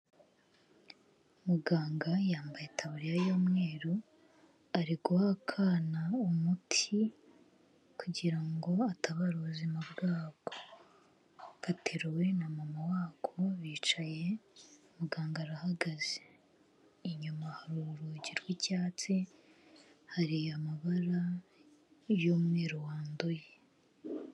Muganga yambaye itaburiya y'umweru ari guha akana umuti kugira ngo atabare ubuzima bwako. Gateruwe na mama wako bicaye, muganga arahagaze. Inyuma hari urugi rw'icyatsi, hari amabara y'umweru wanduye.